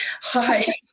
hi